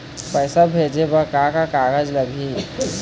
पैसा भेजे बर का का कागज लगही?